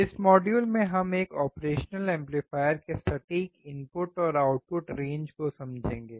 इस मॉड्यूल में हम एक ऑपरेशनल एम्पलीफायर के सटीक इनपुट और आउटपुट रेंज को समझेंगे